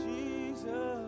Jesus